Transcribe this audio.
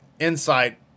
insight